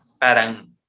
parang